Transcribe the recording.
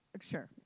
Sure